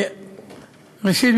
ראשית,